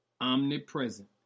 Omnipresent